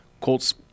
Colts